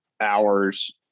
hours